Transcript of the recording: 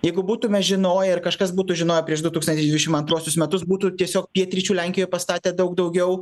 jeigu būtume žinoję ir kažkas būtų žinoję prieš du tūkstančiai dvišim antruosius metus būtų tiesiog pietryčių lenkijoj pastatę daug daugiau